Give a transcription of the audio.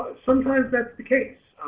ah sometimes that's the case.